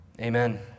Amen